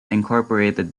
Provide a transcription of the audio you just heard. incorporated